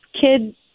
kid